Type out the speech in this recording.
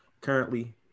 Currently